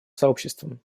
сообществом